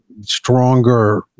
stronger